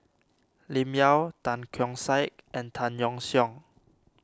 Lim Yau Tan Keong Saik and Tan Yeok Seong